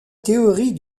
théorie